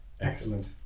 excellent